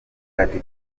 ati